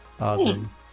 Awesome